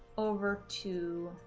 over to